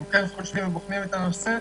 אנחנו כן חושבים ובוחנים את הנושא,